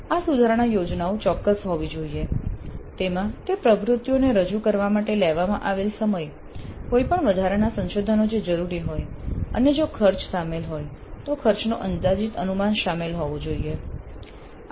આ સુધારણા યોજનાઓ ચોક્કસ હોવી જોઈએ તેમાં તે પ્રવૃત્તિઓને રજૂ કરવા માટે લેવામાં આવેલ સમય કોઈપણ વધારાના સંસાધનો જે જરૂરી હોય અને જો ખર્ચ સામેલ હોય તો ખર્ચનો અંદાજિત અનુમાન શામેલ હોવો જોઈએ આ બધી વસ્તુઓનો સમાવેશ થવો જોઈએ